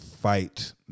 Fight